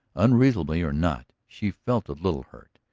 unreasonably or not, she felt a little hurt.